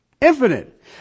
infinite